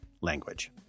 language